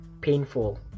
painful